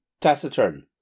taciturn